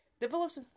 develops